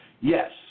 Yes